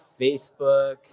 Facebook